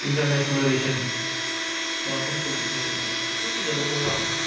international relation सनाथन पल बिथां लिरनाय बे बिजाबआव दङ आरो